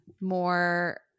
more